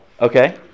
Okay